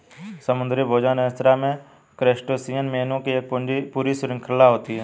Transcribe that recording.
समुद्री भोजन रेस्तरां में क्रस्टेशियन मेनू की एक पूरी श्रृंखला होती है